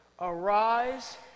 arise